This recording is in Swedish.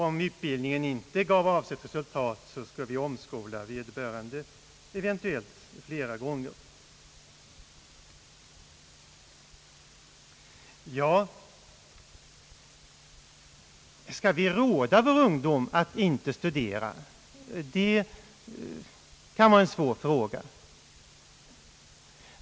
Om utbildningen inte gav avsett resultat, skulle vi omskola vederbörande, eventuellt flera gånger. Ja, skall vi råda vår ungdom att inte studera? Det kan vara en svår fråga.